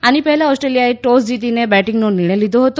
આની પહેલા ઓસ્ટ્રેલિયાએ ટોસ જીતીને બેટીંગનો નિર્ણય લીધો હતો